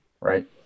right